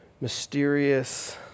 mysterious